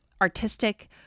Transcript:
artistic